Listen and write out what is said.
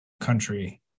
country